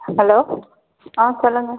hello ஆ சொல்லுங்கள்